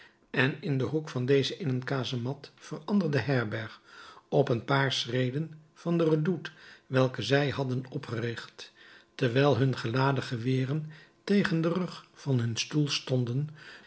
en in den hoek van deze in een kazemat veranderde herberg op een paar schreden van de redoute welke zij hadden opgericht terwijl hun geladen geweren tegen den rug van hun stoel stonden